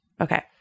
Okay